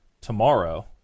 tomorrow